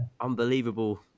unbelievable